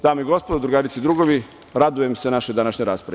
Dame i gospodo, drugarice i drugovi, radujem se našoj današnjoj raspravi.